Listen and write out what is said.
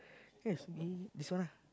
yes this one ah